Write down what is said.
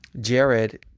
Jared